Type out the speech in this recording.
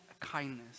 kindness